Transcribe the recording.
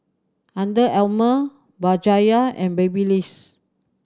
Under Armour Bajaj and Babyliss